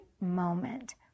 moment